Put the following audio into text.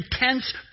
intense